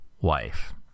wife